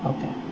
Okay